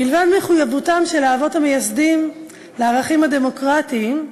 מלבד מחויבותם של האבות המייסדים לערכים הדמוקרטיים,